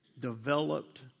developed